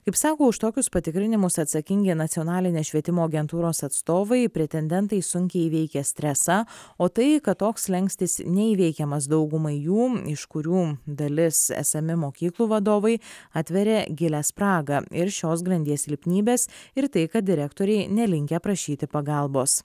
kaip sako už tokius patikrinimus atsakingi nacionalinės švietimo agentūros atstovai pretendentai sunkiai įveikia stresą o tai kad toks slenkstis neįveikiamas daugumai jų iš kurių dalis esami mokyklų vadovai atveria gilią spragą ir šios grandies silpnybes ir tai kad direktoriai nelinkę prašyti pagalbos